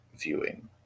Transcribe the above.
viewing